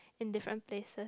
in different places